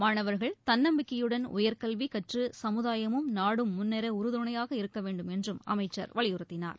மாணவர்கள் தன்னம்பிக்கையுடன் உயர்கல்விகற்றுசமுதாயமும் நாடும் முன்னேறஉறுதணையாக இருக்கவேண்டும் என்றும் அமைச்சர் வலியுறுத்தினார்